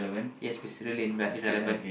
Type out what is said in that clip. yes but irrelevant